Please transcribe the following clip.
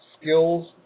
skills